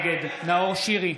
נגד נאור שירי.